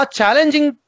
challenging